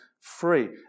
free